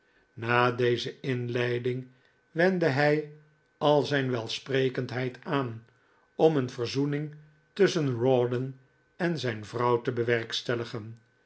na deze inleiding wendde hij al zijn welsprekendheid aan om een verzoening tusschen rawdon en zijn vrouw te bewerkstelligen